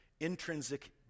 intrinsic